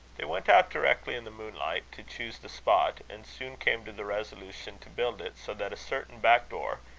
they went out directly, in the moonlight, to choose the spot and soon came to the resolution to build it so, that a certain back door,